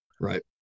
Right